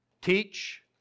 teach